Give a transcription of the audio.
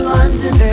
London